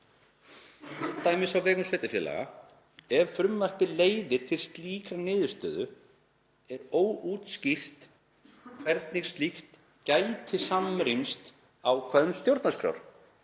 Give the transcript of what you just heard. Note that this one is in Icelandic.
t.d. á vegum sveitarfélaga. Ef frumvarpið leiðir til slíkrar niðurstöðu er óútskýrt hvernig slíkt gæti samrýmst ákvæðum stjórnarskrár,